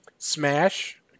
Smash